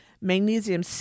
Magnesium